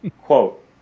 quote